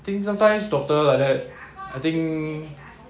think sometimes doctor like that I think